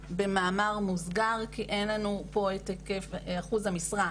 במאמר מוסגר, כי אין לנו פה את היקף אחוז המשרה,